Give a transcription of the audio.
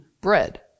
bread